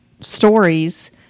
stories